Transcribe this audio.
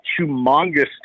humongous